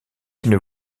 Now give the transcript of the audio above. une